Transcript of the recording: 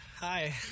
Hi